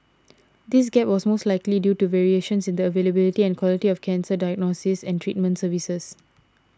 this gap was most likely due to variations in the availability and quality of cancer diagnosis and treatment services